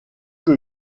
que